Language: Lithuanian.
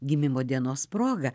gimimo dienos proga